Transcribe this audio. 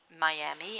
Miami